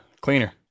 Cleaner